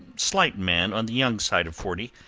slight man on the young side of forty,